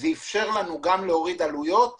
זה אפשר לנו גם להוריד עלויות וגם,